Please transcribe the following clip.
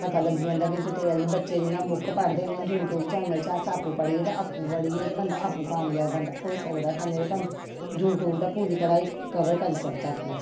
पता ल्गगी जंदा कि डिटेल बच्चे जियां बुक पढ़दे यूट्यूब चैनल च अस आपू पढि़ये ते बंदा आपू कामजाव बंदा होई सकदा कन्ने ते कन्नै यूट्यूब दा पूरा जेहकड़ा ओह् कवर करी सकदा अपना